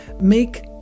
Make